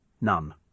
None